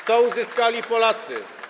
Co uzyskali Polacy?